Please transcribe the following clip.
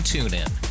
TuneIn